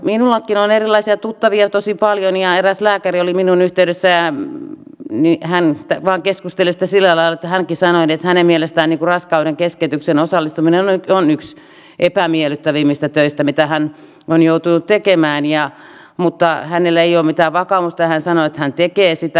minullakin on erilaisia tuttavia tosi paljon ja eräs lääkäri oli minuun yhteydessä ja hän vain keskusteli siitä sillä lailla että hänkin sanoi että hänen mielestään raskaudenkeskeytykseen osallistuminen on yksi epämiellyttävimmistä töistä mitä hän on joutunut tekemään mutta hänellä ei ole mitään vakaumusta ja hän sanoi että hän tekee sitä